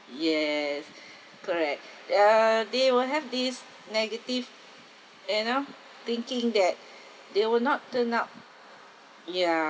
yes correct ya they will have this negative you know thinking that they will not turn out ya